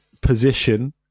position